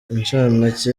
incamake